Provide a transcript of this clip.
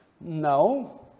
No